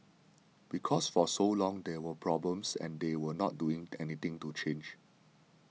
because for so long there were problems and they were not doing anything to change